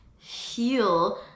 heal